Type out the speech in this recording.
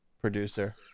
producer